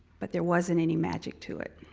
but there wasn't any magic to it.